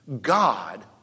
God